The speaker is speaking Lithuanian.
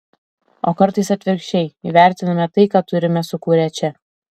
o kartais atvirkščiai įvertiname tai ką turime sukūrę čia